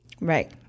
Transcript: right